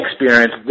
experience